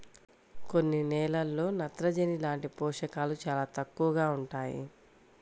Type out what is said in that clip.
కొన్ని నేలల్లో నత్రజని లాంటి పోషకాలు చాలా తక్కువగా ఉంటాయి